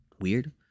weird